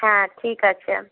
হ্যাঁ ঠিক আছে